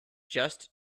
just